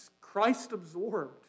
Christ-absorbed